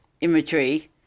imagery